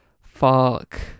Fuck